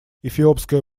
эфиопское